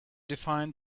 define